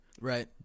right